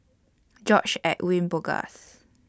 George Edwin Bogaars